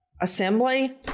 Assembly